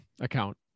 account